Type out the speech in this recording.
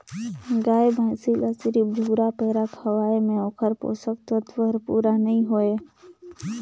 गाय भइसी ल सिरिफ झुरा पैरा खवाये में ओखर पोषक तत्व हर पूरा नई होय